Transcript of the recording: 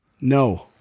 No